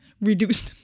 reduce